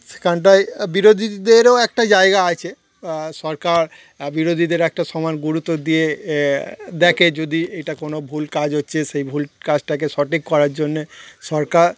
সেখানটায় বিরোধীদেরও একটা জায়গা আছে সরকার বিরোধীদের একটা সমান গুরুত্ব দিয়ে দেখে যদি এটা কোনো ভুল কাজ হচ্ছে সেই ভুল কাজটাকে সঠিক করার জন্যে সরকার